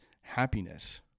happiness